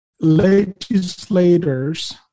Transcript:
Legislators